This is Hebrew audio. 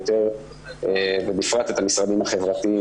בפרט את המשרדים החברתיים,